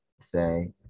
say